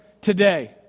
today